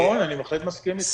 נכון, אני בהחלט מסכים איתך.